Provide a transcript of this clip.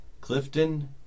Clifton